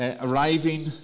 arriving